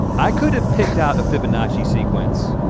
i could have picked out a fibonacci sequence